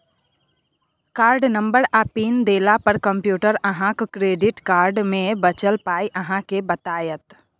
card number आ pin देला पर कंप्यूटर अहाँक क्रेडिट कार्ड मे बचल पाइ अहाँ केँ बताएत